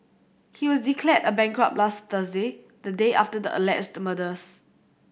he was declared a bankrupt last Thursday the day after the alleged murders